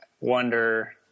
wonder